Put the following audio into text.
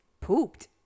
pooped